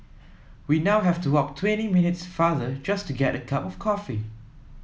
we now have to walk twenty minutes farther just to get a cup of coffee